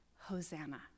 Hosanna